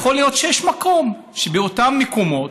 יכול להיות שיש מקום, באותם מקומות,